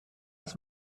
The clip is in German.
als